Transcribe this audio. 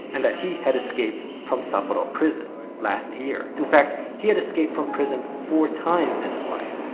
and that he had escaped from sapporo prison last year. in fact, he had escaped from prison four times in his life.